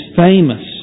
famous